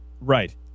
Right